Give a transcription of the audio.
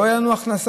לא תהיה לנו הכנסה,